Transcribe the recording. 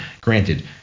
granted